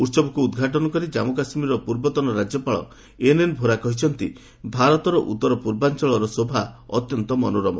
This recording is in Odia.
ଉତ୍ସବକୁ ଉଦ୍ଘାଟନ କରି ଜାମ୍ମୁ କାଶ୍ମୀରର ପୂର୍ବତନ ରାଜ୍ୟପାଳ ଏନ୍ଏନ୍ ଭୋରା କହିଛନ୍ତି ଭାରତର ଉତ୍ତର ପୂର୍ବାଞ୍ଚଳର ଶୋଭା ଅତ୍ୟନ୍ତ ମନୋରମ